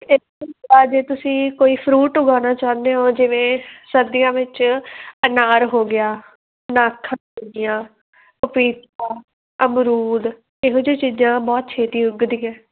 ਇਸੇ ਤਰ੍ਹਾਂ ਜੇ ਤੁਸੀਂ ਕੋਈ ਫਰੂਟ ਉਗਾਉਣਾ ਚਾਹੁੰਦੇ ਹੋ ਜਿਵੇਂ ਸਰਦੀਆਂ ਵਿੱਚ ਅਨਾਰ ਹੋ ਗਿਆ ਨਾਖਾਂ ਹੋਗੀਆਂ ਅਮਰੂਦ ਇਹੋ ਜਿਹੀਆਂ ਚੀਜ਼ਾਂ ਬਹੁਤ ਛੇਤੀ ਉੱਗਦੀਆਂ